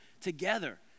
together